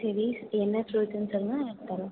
சரி என்ன ஃப்ரூட்ஸுன்னு சொல்லுங்கள் நாங்கள் தரோம்